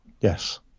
Yes